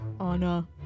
Anna